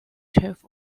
chef